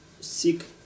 seek